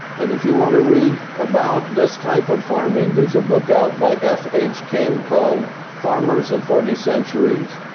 and if you want to read about this type of farming, there's a book out by f h. king called farmers of forty centuries.